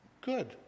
Good